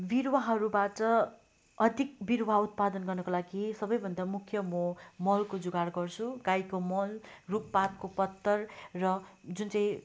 बिरुवाहरूबाट अधिक बिरुवा उत्पादन गर्नका लागि सबैभन्दा मुख्य म मलको जोगाड गर्छु गाईको मल रुख पातको पतकर र जुन चाहिँ